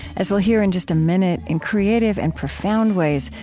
as we'll hear in just a minute, in creative and profound ways,